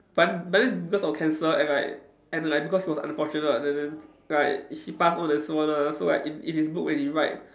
but but then because of cancer and like and like because he was unfortunate and then like he pass on and so on ah so like in in his book when he write